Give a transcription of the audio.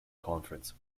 conference